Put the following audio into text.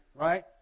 right